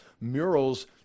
murals